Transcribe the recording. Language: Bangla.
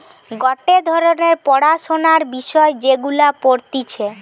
গটে ধরণের পড়াশোনার বিষয় যেগুলা পড়তিছে